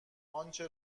آنچه